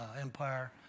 Empire